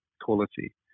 quality